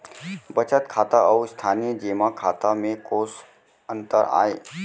बचत खाता अऊ स्थानीय जेमा खाता में कोस अंतर आय?